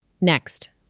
Next